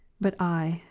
but i,